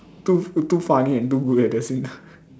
too too funny and too good at the same time